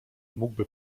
mógłby